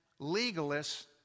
legalists